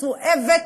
מסואבת